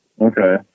Okay